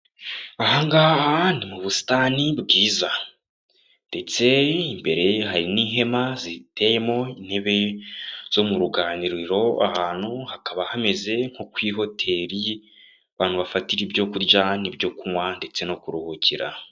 Aha ngaha ni mu busitani bwiza ndetse imbere hari n'ihema ziteyemo intebe zo mu ruganiriro ahantu, hakaba hameze nko ku ihoteli abantu bafatira ibyo kurya n'ibyo kunywa ndetse no kuruhukira.